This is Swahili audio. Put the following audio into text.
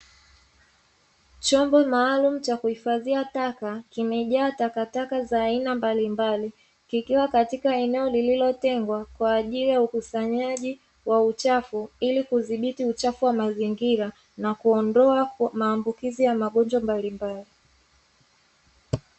Chombo maalumu cha kuhifadhia taka kimejaa takataka za aina mbalimbali kikiwa katika eneo lililotengwa, kwa ajili ya ukusanyaji wa uchafu ili kudhibiti uchafu wa mazingira na kuondoa maambukizi ya magonjwa mbalimbali.